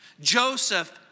Joseph